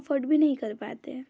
afford भी नहीं कर पाते हैं